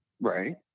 Right